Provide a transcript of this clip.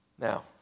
Now